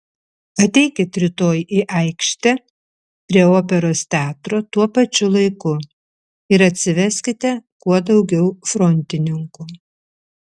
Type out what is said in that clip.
ateikit rytoj į aikštę prie operos teatro tuo pačiu laiku ir atsiveskite kuo daugiau frontininkų